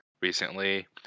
recently